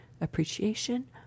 appreciation